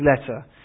letter